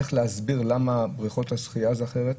איך להסביר למה בריכות השחייה זה אחרת,